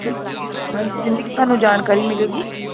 ਜੀ ਹਾਂਜੀ ਜਿੰਨੀ ਕੁ ਤੁਹਾਨੂੰ ਜਾਣਕਾਰੀ ਮਿਲੇਗੀ